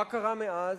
מה קרה מאז?